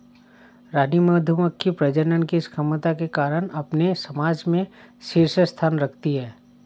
रानी मधुमक्खी प्रजनन की क्षमता के कारण अपने समाज में शीर्ष स्थान रखती है